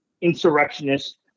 insurrectionists